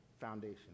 foundation